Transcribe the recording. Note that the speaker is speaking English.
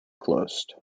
closed